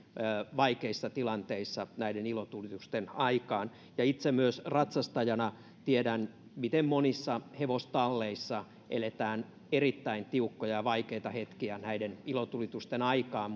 vaikeissa tilanteissa näiden ilotulitusten aikaan ja itse myös ratsastajana tiedän miten monissa hevostalleissa eletään erittäin tiukkoja vaikeita hetkiä näiden ilotulitusten aikaan